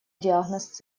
диагноз